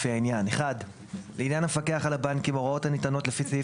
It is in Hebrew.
לפי העניין: לעניין המפקח על הבנקים הוראות הניתנות לפי סעיף